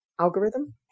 algorithm